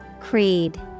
Creed